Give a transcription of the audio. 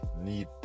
need